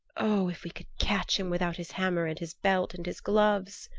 oh, if we could catch him without his hammer and his belt and his gloves,